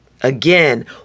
Again